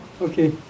Okay